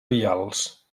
vials